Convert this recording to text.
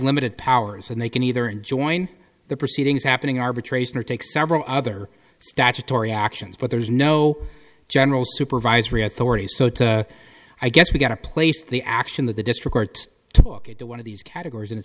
limited powers and they can either join the proceedings happening arbitration or take several other statutory actions but there is no general supervisory authority so to i guess we got to place the action that the district court took it to one of these categories and it